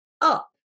up